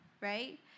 right